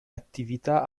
attività